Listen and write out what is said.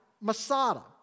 Masada